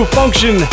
function